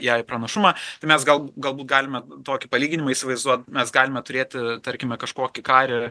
jai pranašumą tai mes gal galbūt galime tokį palyginimą įsivaizduot mes galime turėti tarkime kažkokį karį